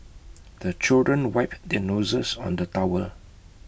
the children wipe their noses on the tower